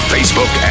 Facebook